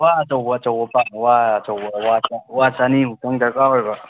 ꯋꯥ ꯑꯆꯧꯕ ꯄꯥꯝꯕ ꯋꯥ ꯑꯆꯧꯕ ꯋꯥ ꯆꯅꯤꯃꯨꯛꯇꯪ ꯗꯔꯀꯥꯔ ꯑꯣꯏꯕ